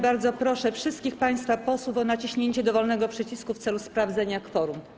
Bardzo proszę wszystkich państwa posłów o naciśnięcie dowolnego przycisku w celu stwierdzenia kworum.